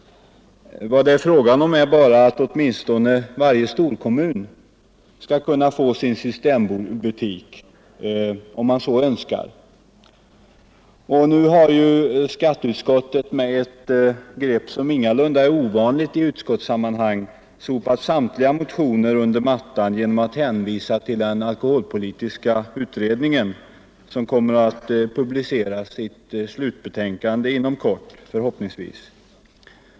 Vad det är fråga om är bara att åtminstone varje storkommun skall kunna få sin systembutik, om man så önskar. Nu har ju skatteutskottet med ett grepp, som ingalunda är ovanligt i utskottssammanhang, sopat samtliga motioner under mattan genom att hänvisa till den alkoholpolitiska utredningen som förhoppningsvis kommer att publicera sitt slutbetänkande inom kort.